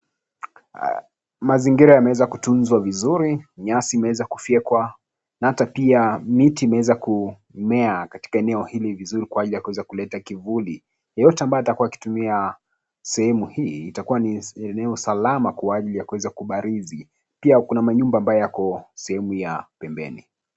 Mazingira yameweza kutunzwa vizuri. Nyasi imeweza kufyekwa na ata pia miti imeweza kumea katika eneo hili vizuri, kwa ajili ya kuweza kuleta kivuli. Yeyote ambaye atakuwa akitumia sehemu hii, itakuwa ni eneo salama kwa ajili ya kuweza kubarizi. Pia kuna manyumba ambayo yako sehemu ya pembeni.